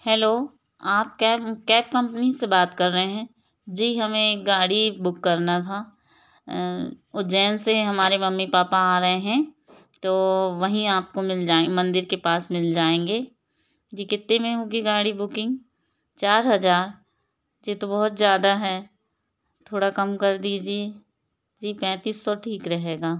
hello आप cab cab company से बात कर रहे हैं जी हमें एक गाड़ी बुक करना था उज्जैन से हमारे मम्मी पापा आ रहे हैं तो वही आपको मिल जाएँगे मंदिल के पास मिल जाएँगे जी कित्ते में होगी गाड़ी बुकिंग चार हज़ार ये तो बहुत ज़्यादा है थोड़ा कम कर दीजिए जी पैंतीस सौ ठीक रहेगा